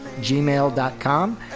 gmail.com